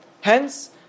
Hence